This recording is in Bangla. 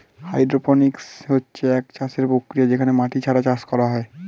হাইড্রোপনিক্স হচ্ছে একটি চাষের প্রক্রিয়া যেখানে মাটি ছাড়া চাষ করা হয়